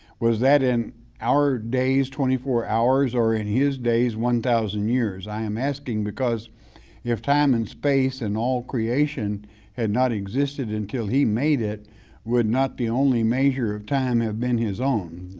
was that in hour, days, twenty four hours or in his days, one thousand years, i am asking because if time and space in all creation had not existed until he made it would not the only measure of time have been his own,